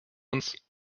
uns